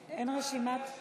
אין רשימה.